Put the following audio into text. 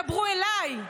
דברו אליי.